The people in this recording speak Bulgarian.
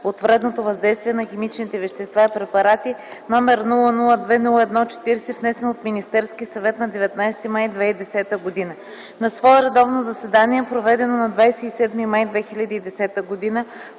от вредното въздействие на химичните вещества и препарати, № 002-01-40, внесен от Министерския съвет на 19 май 2010 г. На свое редовно заседание, проведено на 27 май 2010 г.,